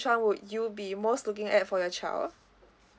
one would you be most looking at for your child